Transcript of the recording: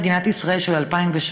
במדינת ישראל של 2017,